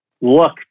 look